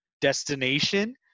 destination